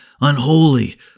unholy